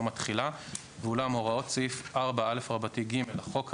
יום התחילה); ואולם הוראות סעיף 4א(ג) לחוק העיקרי,